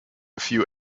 few